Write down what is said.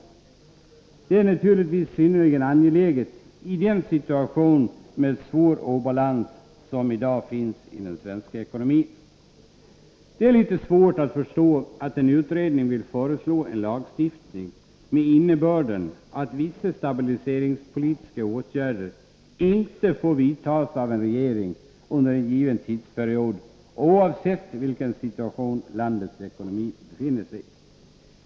Detta är naturligtvis synnerligen angeläget i den situation med svår obalans som i dag råder i den svenska ekonomin. Det är litet svårt att förstå att en utredning vill föreslå en lagstiftning med innebörden att vissa stabiliseringspolitiska åtgärder inte får vidtas av regeringen under en given tidsperiod, oavsett vilken situation landets ekonomi befinner sig i.